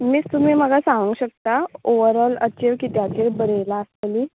मीस तुमी म्हाका सांगू शकता ओवर ऑल अच्छेव किद्याचेर बरयला आसतली